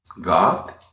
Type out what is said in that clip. God